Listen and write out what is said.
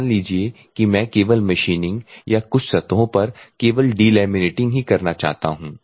मान लीजिए कि मैं केवल मशीनिंग या कुछ सतहों पर केवल डीलैमिनेटिंग ही करना चाहता हूं